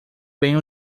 bem